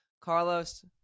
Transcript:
Carlos